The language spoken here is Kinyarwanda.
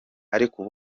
ariko